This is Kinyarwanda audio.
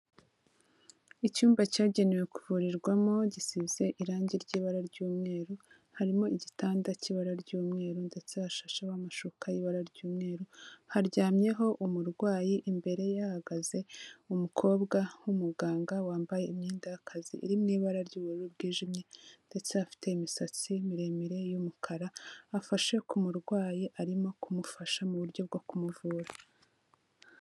Icyumba cyagenewe kuvurirwamo gisize irangi ry'ibara ry'umweru, harimo igitanda cy'ibara ry'umweru ndetse hashasheho amashuka y'ibara ry'umweru, haryamyeho umurwayi imbere ye hahagaze umukobwa w'umuganga wambaye imyenda y'akazi iri mu ibara ry'ubururu bwijimye ndetse afite imisatsi miremire y'umukara, afashe ku murwayi arimo kumufasha mu buryo bwo kumuvura.